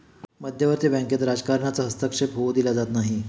मध्यवर्ती बँकेत राजकारणाचा हस्तक्षेप होऊ दिला जात नाही